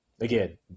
Again